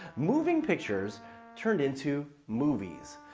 moving pictures turned into movies.